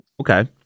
okay